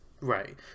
right